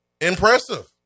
impressive